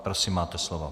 Prosím máte slovo.